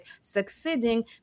succeeding